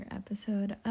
episode